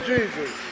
Jesus